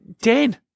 Dan